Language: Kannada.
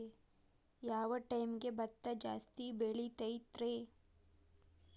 ಯಾವ ಟೈಮ್ಗೆ ಭತ್ತ ಜಾಸ್ತಿ ಬೆಳಿತೈತ್ರೇ?